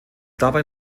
dabei